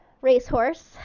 racehorse